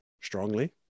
strongly